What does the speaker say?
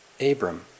Abram